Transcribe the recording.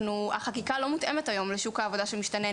החקיקה לא מותאמת היום לשוק העבודה המשתנה.